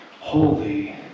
holy